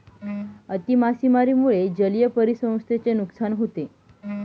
अति मासेमारीमुळे जलीय परिसंस्थेचे नुकसान होते